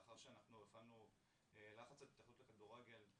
לאחר שאנחנו הפעלנו לחץ על ההתאחדות לכדורגל,